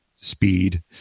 speed